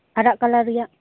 ᱟᱨᱟᱜ ᱠᱟᱞᱟᱨ ᱨᱮᱭᱟᱜ